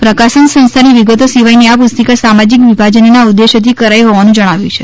પ્રકાશન સંસ્થાની વિગતો સિવાયની આ પુસ્તિકા સામાજિક વિભાજનના ઉદેશ્યથી કરાઈ હોવાનું જણાવ્યું છે